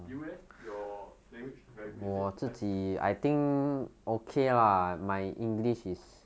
you eh your language very good is it aiseh